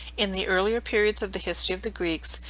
in the earlier periods of the history of the greeks,